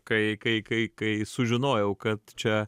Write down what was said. kai kai kai kai sužinojau kad čia